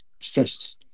stress